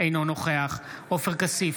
אינו נוכח עופר כסיף,